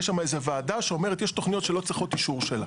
יש שם איזו וועדה שאומרת שיש תוכניות שלא צריכות אישור שלה.